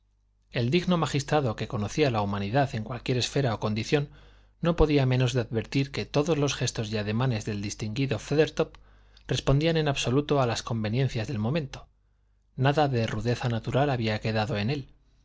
el digno magistrado que conocía la humanidad en cualquiera esfera o condición no podía menos de advertir que todos los gestos y ademanes del distinguido feathertop respondían en absoluto a las conveniencias del momento nada de rudeza natural había quedado en él